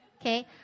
okay